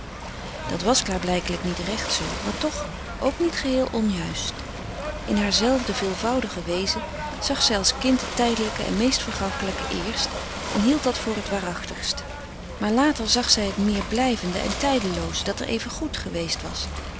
dat was klaarblijkelijk niet recht zoo maar toch ook niet geheel onjuist in haar zelfde veelvoudige wezen zag zij als kind het tijdelijke en meest vergankelijke eerst en hield dat voor het waarachtigst maar later zag zij het meer blijvende en tijdelooze dat er even goed geweest was